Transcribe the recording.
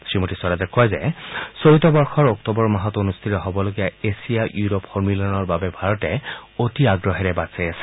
শ্ৰীমতী স্বৰাজে কয় যে চলিত বৰ্ষৰ অক্টোবৰ মাহত অনুষ্ঠিত হব লগা এছিয়া ইউৰোপ সম্মিলনৰ বাবে ভাৰত অতি আগ্ৰহেৰে বাট চাই আছে